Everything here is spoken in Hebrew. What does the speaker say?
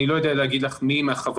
אני לא יודע להגיד לך באיזו חברה מן החברות